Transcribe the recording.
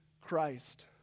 Christ